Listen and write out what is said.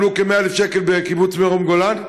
קיבלו כ-100,000 שקל בקיבוץ מרום גולן.